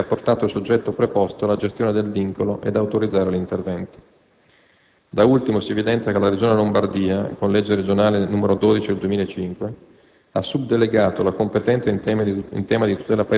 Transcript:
è limitato al mero esame dell'*iter* logico e motivazionale che ha portato il soggetto proposto alla gestione del vincolo ad autorizzare l'intervento. Da ultimo si evidenzia che la Regione Lombardia, con legge regionale n. 12 del 2005,